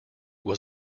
was